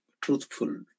truthful